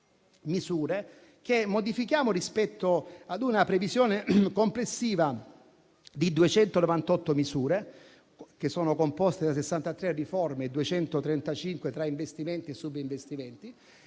che modifichiamo, rispetto ad una previsione complessiva di 298 misure (63 riforme e 235 tra investimenti e sub-investimenti).